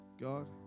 God